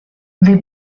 the